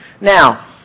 Now